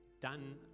done